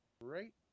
right